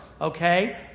okay